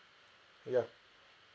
ya